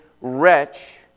wretch